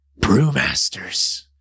brewmasters